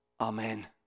Amen